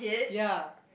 ya